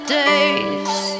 days